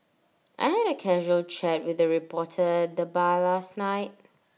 I had A casual chat with A reporter at the bar last night